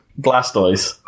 Blastoise